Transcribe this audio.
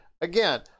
again